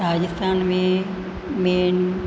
राजस्थान में मेन